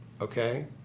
Okay